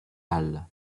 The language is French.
halle